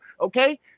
okay